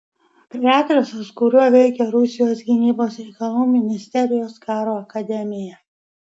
tai adresas kuriuo veikia rusijos gynybos reikalų ministerijos karo akademija